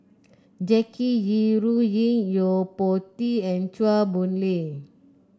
Jackie Yi Ru Ying Yo Po Tee and Chua Boon Lay